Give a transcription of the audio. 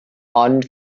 ond